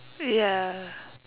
ya